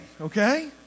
okay